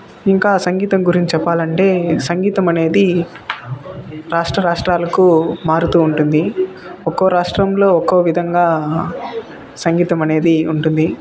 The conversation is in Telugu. ఇంకా సంగీతం గురించి చెప్పాలంటే సంగీతం అనేది రాష్ట్ర రాష్ట్రాలకు మారుతూ ఉంటుంది ఒక్కొ రాష్ట్రంలో ఒక్కో విధంగా సంగీతం అనేది ఉంటుంది